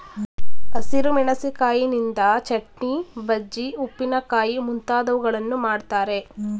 ಹಸಿರು ಮೆಣಸಿಕಾಯಿಯಿಂದ ಚಟ್ನಿ, ಬಜ್ಜಿ, ಉಪ್ಪಿನಕಾಯಿ ಮುಂತಾದವುಗಳನ್ನು ಮಾಡ್ತರೆ